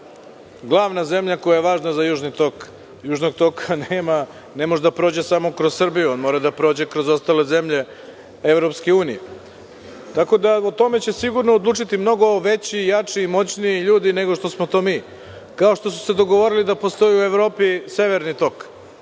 glavna zemlja koja je važna za Južni tok. Južni tok ne može da prođe samo kroz Srbiju, on mora da prođe i kroz ostale zemlje EU. O tome će sigurno odlučiti mnogo veći, jači i moćniji ljudi, nego što smo to mi. Kao što su se dogovorili da postoji u Evropi Severni tok,